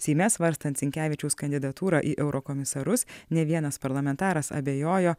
seime svarstant sinkevičiaus kandidatūrą į eurokomisarus ne vienas parlamentaras abejojo